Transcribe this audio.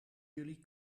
jullie